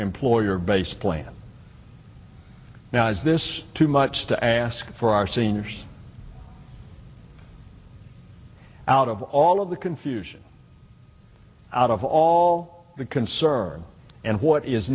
employer based plans now is this too much to ask for our seniors out of all of the confusion out of all the concern and what is